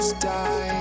die